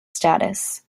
status